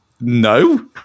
no